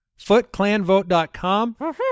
footclanvote.com